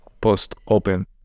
post-open